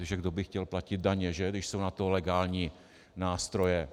Protože kdo by chtěl platit daně, že, když jsou na to legální nástroje.